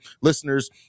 listeners